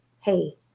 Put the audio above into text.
hey